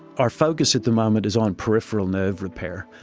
our focus at the moment is on peripheral nerve repair,